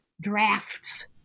drafts